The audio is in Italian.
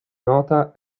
nota